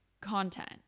content